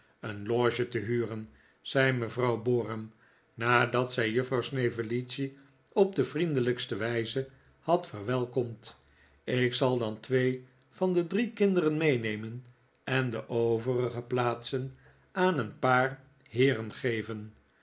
een loge te huren zei mevrouw borum nadat zij juffrouw snevellicci op de vriendelijkste wijze had verwelkomd ik zal dan twee van de kinderen meenemen en de overige plaatsen aan een paar heeren geven